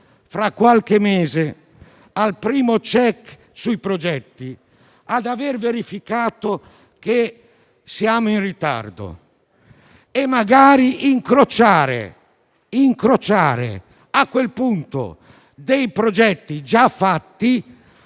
fra qualche mese, al primo *check* sui progetti, a verificare che siamo in ritardo e magari incrociare a quel punto progetti già fatti,